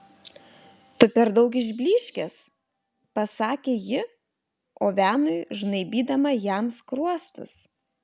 tu per daug išblyškęs pasakė ji ovenui žnaibydama jam skruostus